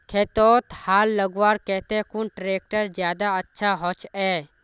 खेतोत हाल लगवार केते कुन ट्रैक्टर ज्यादा अच्छा होचए?